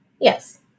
Yes